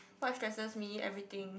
what stresses me everything